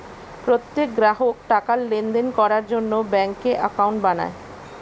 প্রত্যেক গ্রাহক টাকার লেনদেন করার জন্য ব্যাঙ্কে অ্যাকাউন্ট বানায়